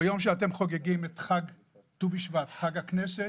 ביום שבו אתם חוגגים את ט"ו בשבט, חג הכנסת,